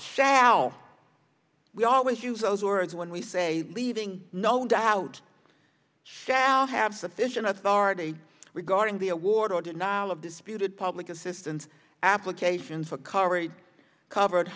shall we always use those words when we say leaving no doubt shall have sufficient authority regarding the award or denial of disputed public assistance applications for corey covered